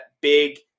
big